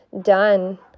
done